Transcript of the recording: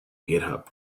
github